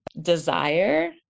desire